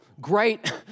great